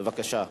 בבקשה.